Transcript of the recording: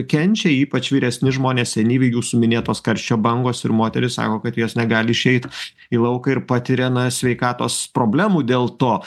kenčia ypač vyresni žmonės senyvi jūsų minėtos karščio bangos ir moterys sako kad jos negali išeit į lauką ir patiria na sveikatos problemų dėl to